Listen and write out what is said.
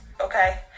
okay